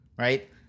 right